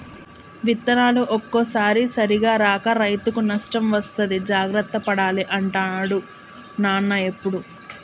విత్తనాలు ఒక్కోసారి సరిగా రాక రైతుకు నష్టం వస్తది జాగ్రత్త పడాలి అంటాడు నాన్న ఎప్పుడు